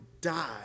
die